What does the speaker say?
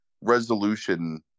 resolution